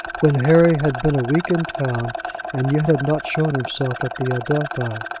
when harry had been a week in town and yet had not shown himself at the adelphi.